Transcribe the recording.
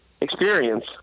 experience